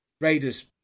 Raiders